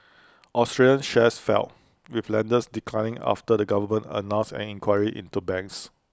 Australian shares fell with lenders declining after the government announced an inquiry into banks